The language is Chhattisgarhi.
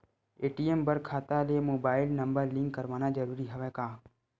ए.टी.एम बर खाता ले मुबाइल नम्बर लिंक करवाना ज़रूरी हवय का?